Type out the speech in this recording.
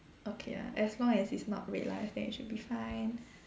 okay ah as long as it's not red line then it should be fine